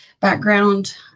background